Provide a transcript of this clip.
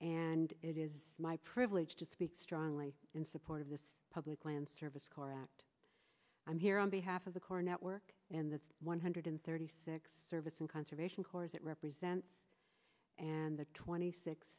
and it is my privilege to speak strongly in support of this public land service corps act i'm here on behalf of the core network and the one hundred thirty six service and conservation corps it represents and the twenty six